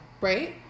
Right